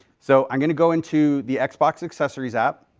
so i'm going to go into the xbox accessories app.